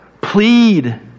Plead